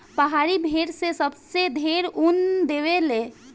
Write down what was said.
पहाड़ी भेड़ से सबसे ढेर ऊन देवे ले